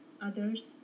others